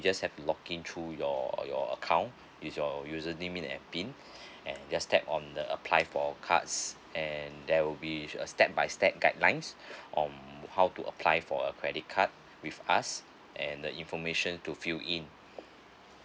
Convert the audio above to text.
just have to log in through your your account use your username in and PIN and just tap on the apply for cards and there will be a step by step guidelines on how to apply for a credit card with us and the information to fill in